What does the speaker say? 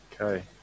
Okay